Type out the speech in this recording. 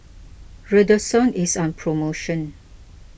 Redoxon is on promotion